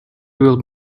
will